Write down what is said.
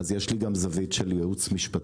אז יש לי גם זווית של ייעוץ משפטי.